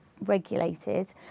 regulated